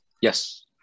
Yes